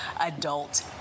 adult